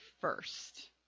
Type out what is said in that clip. first